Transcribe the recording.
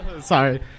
Sorry